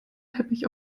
teppich